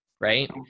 right